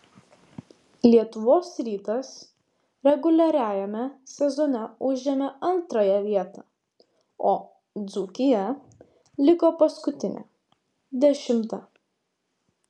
lietuvos rytas reguliariajame sezone užėmė antrąją vietą o dzūkija liko paskutinė dešimta